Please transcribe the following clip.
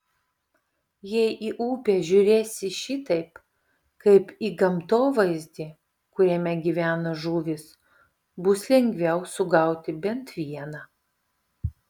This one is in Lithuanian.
jei į upę žiūrėsi šitaip kaip į gamtovaizdį kuriame gyvena žuvys bus lengviau sugauti bent vieną